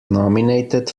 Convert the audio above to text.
nominated